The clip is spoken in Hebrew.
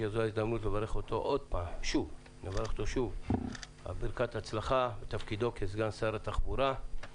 שזו ההזדמנות לברך אותו שוב בברכת הצלחה בתפקידו כסגן שרת התחבורה.